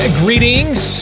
greetings